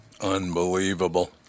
unbelievable